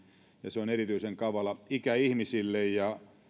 ja se on erityisen kavala ikäihmisille